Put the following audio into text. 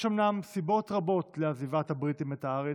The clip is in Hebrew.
יש אומנם סיבות רבות לעזיבת הבריטים את הארץ,